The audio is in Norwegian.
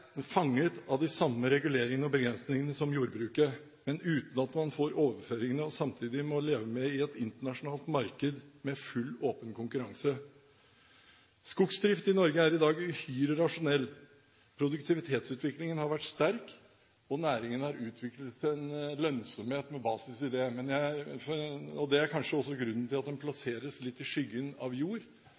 fanget av de samme reguleringene og begrensningene som jordbruket, men uten at man får overføringene, og samtidig som man må leve i et internasjonalt marked med full åpen konkurranse. Skogsdrift i Norge er i dag uhyre rasjonell. Produktivitetsutviklingen har vært sterk, og næringen har utviklet en lønnsomhet med basis i det. Det er kanskje også grunnen til at det plasseres litt i skyggen av